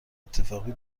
اتفاقی